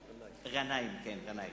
ע'נאים.